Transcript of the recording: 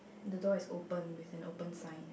the door is open with an open sign